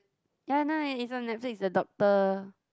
ya now it's on Netflix the doctor